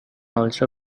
also